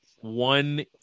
One